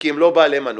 כי הם לא בעלי מנוי,